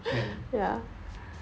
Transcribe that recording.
kan